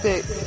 Six